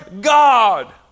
God